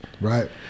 right